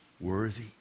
worthy